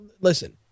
listen